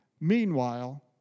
Meanwhile